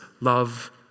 love